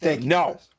No